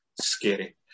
scary